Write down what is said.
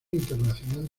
internacional